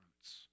roots